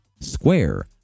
square